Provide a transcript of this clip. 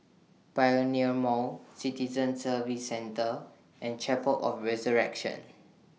Pioneer Mall Citizen Services Centre and Chapel of Resurrection